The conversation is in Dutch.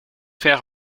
ver